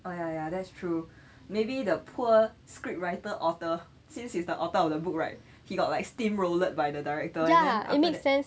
oh ya ya that's true maybe the poor script writer author since he is the author of the book right he got like steam rolled by the director and then after that